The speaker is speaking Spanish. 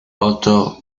otto